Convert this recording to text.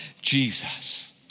Jesus